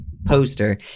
poster